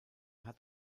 hat